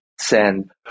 send